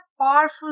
powerful